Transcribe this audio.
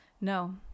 No